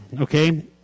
okay